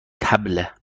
طبله